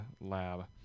lab